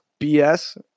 BS